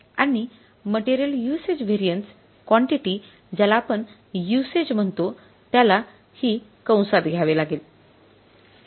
आणि material usage variance quantity ज्याला आपण युसेज म्हणतो त्याला हि कंसात घ्यावे लागेल